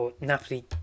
Napoli